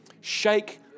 Shake